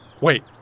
Wait